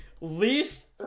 least